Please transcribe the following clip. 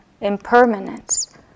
impermanence